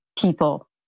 people